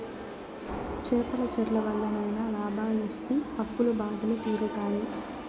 చేపల చెర్ల వల్లనైనా లాభాలొస్తి అప్పుల బాధలు తీరుతాయి